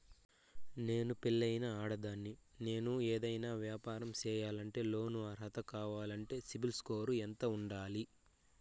నేను పెళ్ళైన ఆడదాన్ని, నేను ఏదైనా వ్యాపారం సేయాలంటే లోను అర్హత కావాలంటే సిబిల్ స్కోరు ఎంత ఉండాలి?